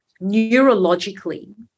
neurologically